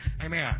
Amen